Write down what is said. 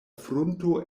frunto